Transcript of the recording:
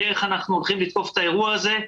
איך אנחנו הולכים לתקוף את האירוע הזה.